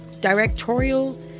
directorial